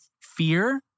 fear